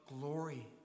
glory